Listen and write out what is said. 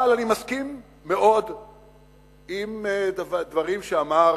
אבל אני מסכים מאוד עם דברים שאמר